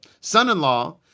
son-in-law